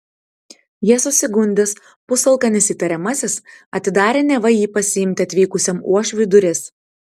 ja susigundęs pusalkanis įtariamasis atidarė neva jį pasiimti atvykusiam uošviui duris